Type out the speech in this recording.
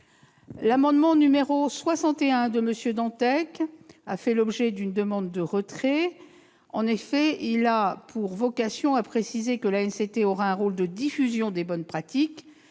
L'amendement n° 61 de M. Dantec fait l'objet d'une demande de retrait. Il a pour vocation de préciser que l'ANCT aura un rôle de diffusion des bonnes pratiques,